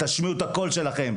תשמיעו את הקול שלכם,